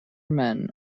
men